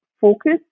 Focus